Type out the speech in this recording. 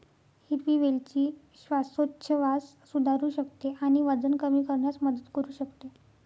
हिरवी वेलची श्वासोच्छवास सुधारू शकते आणि वजन कमी करण्यास मदत करू शकते